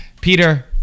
Peter